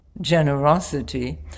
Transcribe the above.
generosity